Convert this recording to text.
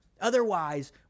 Otherwise